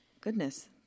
goodness